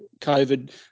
COVID